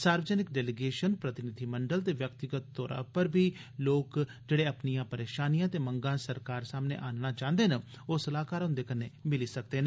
सार्वजनिक डेलीगेशन प्रतिनिधिमंडल ते व्यक्तिगत तौरा पर लोक जेहडे अपनिआं परेशानिआं ते मंगां सरकार सामने आहनना चांहदे न ओह सलाहकार हंदे कन्नै मिली सकदे न